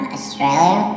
Australia